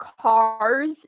cars